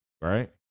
right